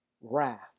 wrath